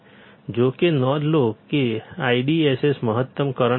જો કે નોંધ લો કે IDSS મહત્તમ કરંટ નથી